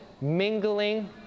mingling